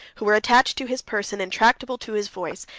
who were attached to his person, and tractable to his voice,